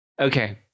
Okay